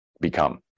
become